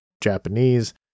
Japanese